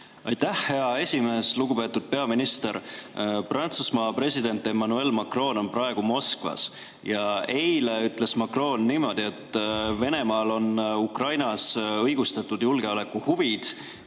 Aitäh, hea esimees! Lugupeetud peaminister! Prantsusmaa president Emmanuel Macron on praegu Moskvas. Eile ütles Macron niimoodi, et Venemaal on Ukrainas õigustatud julgeolekuhuvid.